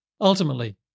Ultimately